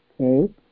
okay